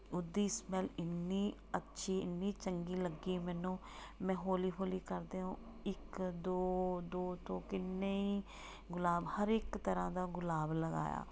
ਉਹਦੀ ਸਮੇਲ ਇੰਨੀ ਅੱਛੀ ਇੰਨੀ ਚੰਗੀ ਲੱਗੀ ਮੈਨੂੰ ਮੈਂ ਹੌਲੀ ਹੌਲੀ ਕਰਦਿਆਂ ਇੱਕ ਦੋ ਦੋ ਤੋਂ ਕਿੰਨੇ ਹੀ ਗੁਲਾਬ ਹਰ ਇੱਕ ਤਰ੍ਹਾਂ ਦਾ ਗੁਲਾਬ ਲਗਾਇਆ